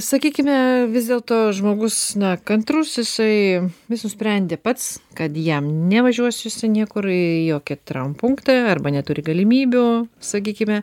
sakykime vis dėlto žmogus na kantrus jisai jis nusprendė pats kad jam nevažiuos jisai niekur jo ketram punktą arba neturi galimybių sakykime